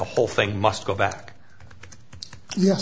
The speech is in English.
whole thing must go back ye